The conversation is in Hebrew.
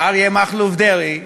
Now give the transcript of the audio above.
אריה מכלוף דרעי,